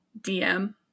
DM